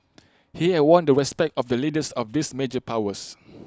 he had won the respect of the leaders of these major powers